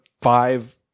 five